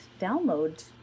download